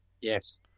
Yes